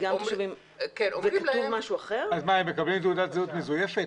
להם --- אז מה, הם מקבלים תעודת זהות מזויפת?